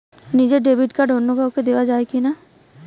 নিজের debit card অন্য কাউকে দেওয়া যায় কি না?